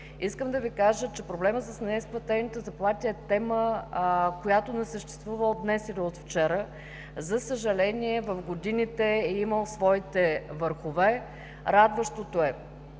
Искам да ви кажа, че проблемът с неизплатените заплати е тема, която не съществува от днес или от вчера, за съжаление, в годините е имал своите върхове. Радващото е,